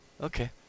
Okay